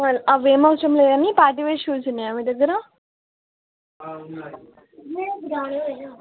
అవేమి అవసం లేదు కాని పార్టీ వేర్ షూస్ ఉన్నాయా మీ దగ్గర